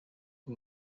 ngo